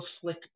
slick